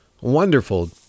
wonderful